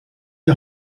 die